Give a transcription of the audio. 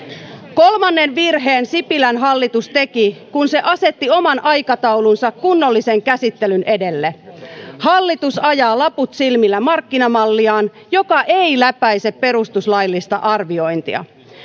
kolmannen virheen sipilän hallitus teki kun se asetti oman aikataulunsa kunnollisen käsittelyn edelle hallitus ajaa laput silmillä markkinamalliaan joka ei läpäise perustuslaillista arviointia